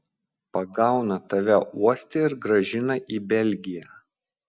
pagauna tave uoste ir grąžina į belgiją